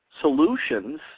solutions